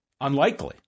unlikely